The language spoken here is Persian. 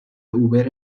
اوبر